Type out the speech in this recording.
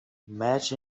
match